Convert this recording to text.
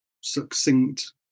succinct